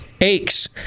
aches